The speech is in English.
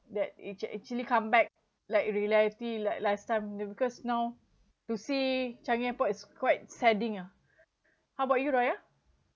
that it it actually come back like reality like last time because now to see changi airport is quite sadding ah how about you raya